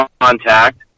contact